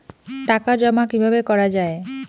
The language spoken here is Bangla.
টাকা জমা কিভাবে করা য়ায়?